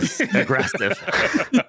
aggressive